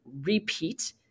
repeat